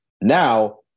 now